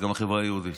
זה גם בחברה היהודית.